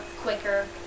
quicker